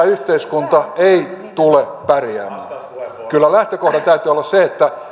yhteiskunta ei tule pärjäämään kyllä lähtökohdan täytyy olla se että